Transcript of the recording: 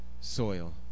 soil